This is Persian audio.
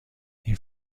این